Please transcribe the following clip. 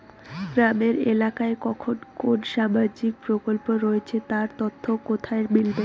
গ্রামের এলাকায় কখন কোন সামাজিক প্রকল্প রয়েছে তার তথ্য কোথায় মিলবে?